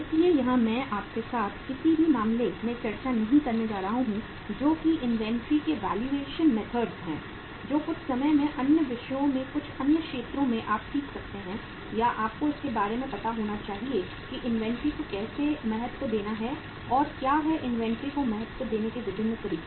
इसलिए यहां मैं आपके साथ किसी भी मामले में चर्चा नहीं करने जा रहा हूं जो कि इन्वेंट्री के वैल्यूएशन मेथड्स हैं जो कुछ समय में अन्य विषयों में कुछ अन्य क्षेत्रों में आप सीख सकते हैं या आपको इसके बारे में पता होना चाहिए कि इन्वेंट्री को कैसे महत्व देना है और क्या हैं इन्वेंट्री को महत्व देने के विभिन्न तरीके